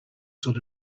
sort